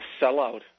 sellout